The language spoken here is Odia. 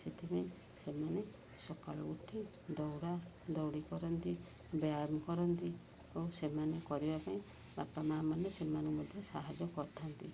ସେଥିପାଇଁ ସେମାନେ ସକାଳୁ ଉଠି ଦୌଡ଼ାଦୌଡ଼ି କରନ୍ତି ବ୍ୟାୟାମ କରନ୍ତି ଓ ସେମାନେ କରିବା ପାଇଁ ବାପା ମାଆମାନେ ସେମାନେ ମଧ୍ୟ ସାହାଯ୍ୟ କରିଥାନ୍ତି